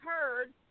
heard